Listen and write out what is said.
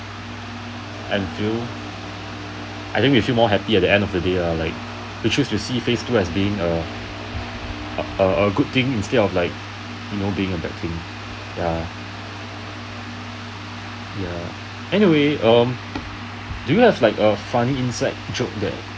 and feel I think we feel more happy at the end of the day lah like we choose to see phase two as being a a good thing you know instead of like being a bad thing ya ya anything err do you have like funny inside joke that